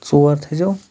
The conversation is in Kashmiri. ژور تھٔےزیو